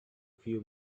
few